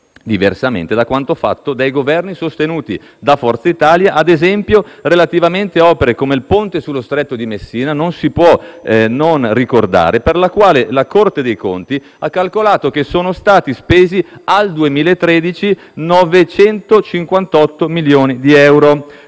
diversamente da quanto fatto dai Governi sostenuti da Forza Italia, ad esempio, relativamente ad opere come il ponte sullo Stretto di Messina, per il quale non si può non ricordare che la Corte dei conti ha calcolato che sono stati spesi, al 2013, 958 milioni di euro.